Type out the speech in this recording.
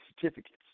certificates